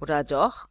oder doch